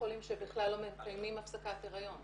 חולים שבכלל לא מקיימים הפסקת הריון,